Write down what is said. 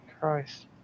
Christ